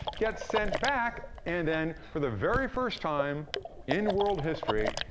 gets sent back, and then, for the very first time in world history,